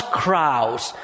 crowds